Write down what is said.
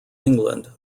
england